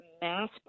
mass